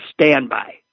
standby